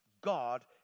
God